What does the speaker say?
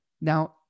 Now